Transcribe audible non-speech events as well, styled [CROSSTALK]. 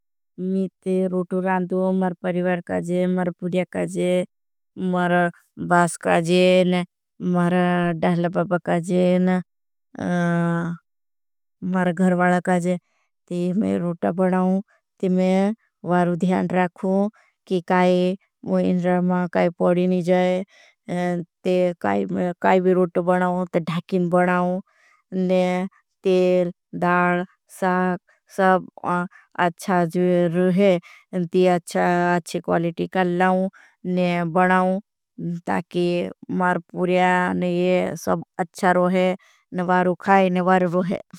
मेरे परिवार मेरे पुर्या मेरे बास मेरे डहलबाब। [HESITATION] मेरे घर्वाला को रोटो बनाओं। मेरे दिखान रखो मुझे इन्द्रामा। काई पड़ी नहीं जाए काई भी रोटो बनाओं तो धाकिन बनाओं। ने तेल दाल साक सब अच्छा जो [HESITATION] रोहे। इंति अच्छा अच्छा क्वालिटी कर लाऊं ने बढ़ाऊं ताकि मार। पुर्या ने ये सब अच्छा रोहे नवार उखाई नवार रोहे।